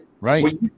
Right